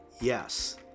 Yes